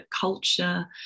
culture